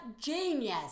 genius